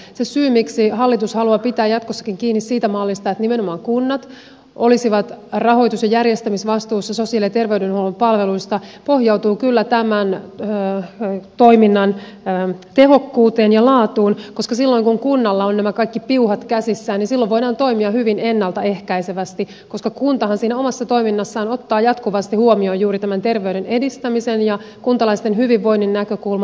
se syy miksi hallitus haluaa pitää jatkossakin kiinni siitä mallista että nimenomaan kunnat olisivat rahoitus ja järjestämisvastuussa sosiaali ja terveydenhuollon palveluista pohjautuu kyllä tämän toiminnan tehokkuuteen ja laatuun koska silloin kun kunnalla on nämä kaikki piuhat käsissään voidaan toimia hyvin ennalta ehkäisevästi koska kuntahan omassa toiminnassaan ottaa jatkuvasti huomioon juuri terveyden edistämisen ja kuntalaisten hyvinvoinnin näkökulman